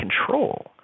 control